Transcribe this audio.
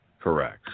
Correct